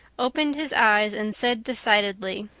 opened his eyes and said decidedly